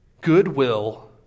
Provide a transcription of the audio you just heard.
Goodwill